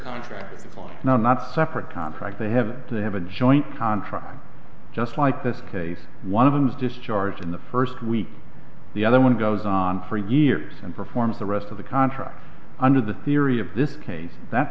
contract before now not separate contract they have to have a joint contract just like this case one of them is discharged in the first week the other one goes on for years and performs the rest of the contract under the theory of this case that